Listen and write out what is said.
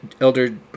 Elder